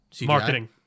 Marketing